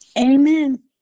Amen